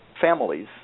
families